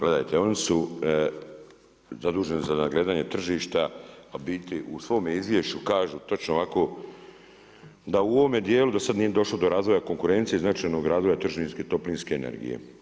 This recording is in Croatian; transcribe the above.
Gledajte oni su zaduženi za nadgledanje tržišta, a u biti u svome izvješću kažu točno ovako da u ovome dijelu do sad nije došlo do razvoja konkurencije, značajnog razvoja tržišne toplinske energije.